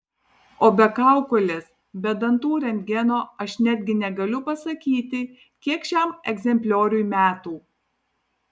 o be kaukolės be dantų rentgeno aš netgi negaliu pasakyti kiek šiam egzemplioriui metų